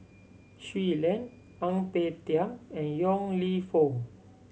Shui Lan Ang Peng Tiam and Yong Lew Foong